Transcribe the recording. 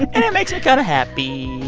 and it makes me kind of happy.